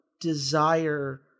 desire